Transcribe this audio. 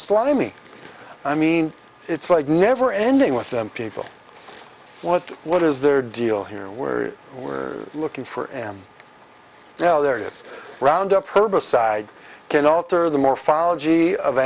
slimy i mean it's like never ending with them people what what is their deal here were we're looking for am now there is round up herbicides can alter the morphology of